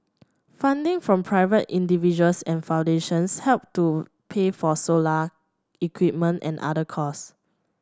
funding from private individuals and foundations help to pay for solar equipment and other cost